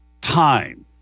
time